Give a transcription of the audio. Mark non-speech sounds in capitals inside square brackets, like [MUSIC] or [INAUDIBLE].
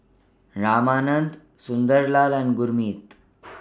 Ramanand Sunderlal and Gurmeet [NOISE]